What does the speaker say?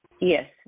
Yes